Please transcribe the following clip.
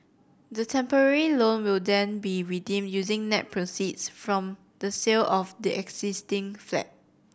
the temporary loan will then be redeemed using net proceeds from the sale of the existing flat